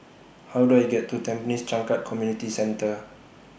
How Do I get to Tampines Changkat Community Centre